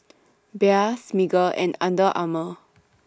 Bia Smiggle and Under Armour